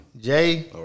Jay